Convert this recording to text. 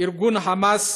ארגון ה"חמאס"